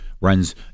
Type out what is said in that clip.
runs –